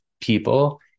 people